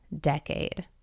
decade